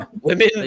Women